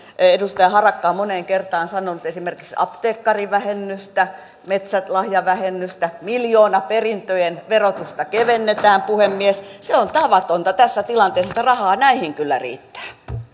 edustaja harakka on moneen kertaan sanonut esimerkiksi apteekkarivähennystä metsälahjavähennystä miljoonaperintöjen verotusta kevennetään puhemies se on tavatonta tässä tilanteessa että näihin rahaa kyllä riittää